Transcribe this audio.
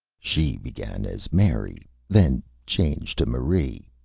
she began as mary, then changed to marie,